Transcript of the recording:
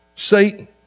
Satan